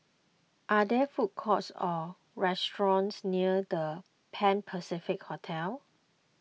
are there food courts or restaurants near the Pan Pacific Hotel